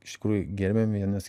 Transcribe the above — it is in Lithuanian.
iš tikrųjų gerbėm vienas